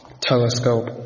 Telescope